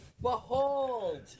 Behold